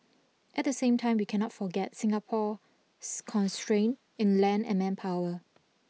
at the same time we cannot forget Singapore's constraint in land and manpower